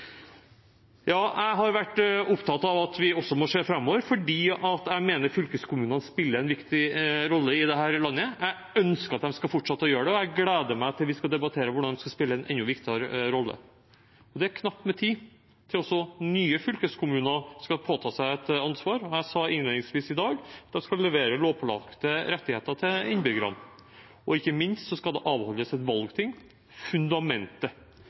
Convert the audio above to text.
Ja, jeg har vært opptatt av at vi også må se framover, fordi jeg mener fylkeskommunene spiller en viktig rolle i dette landet. Jeg ønsker at de skal fortsette å gjøre det, og jeg gleder meg til vi skal debattere hvordan de skal spille en enda viktigere rolle. Det er knapt med tid til også nye fylkeskommuner skal påta seg et ansvar. Jeg sa innledningsvis i dag at de skal levere lovpålagte rettigheter til innbyggerne, og ikke minst skal det avholdes et valgting – fundamentet.